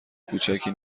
کوچکی